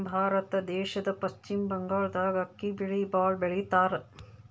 ನಮ್ ಭಾರತ ದೇಶದ್ದ್ ಪಶ್ಚಿಮ್ ಬಂಗಾಳ್ದಾಗ್ ಅಕ್ಕಿ ಬೆಳಿ ಭಾಳ್ ಬೆಳಿತಾರ್